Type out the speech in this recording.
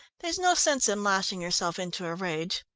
there's no sense in lashing yourself into a rage.